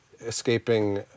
escaping